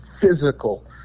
physical